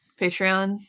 Patreon